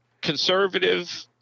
conservative